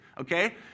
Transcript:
okay